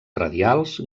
radials